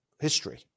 history